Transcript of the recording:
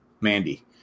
Mandy